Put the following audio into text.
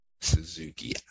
Suzuki